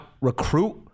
recruit